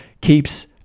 keeps